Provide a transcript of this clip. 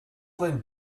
than